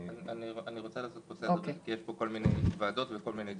אני רוצה לעשות סדר כי יש פה כל מיני ועדות וכל מיני דברים.